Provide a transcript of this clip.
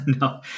No